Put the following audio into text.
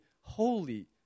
holy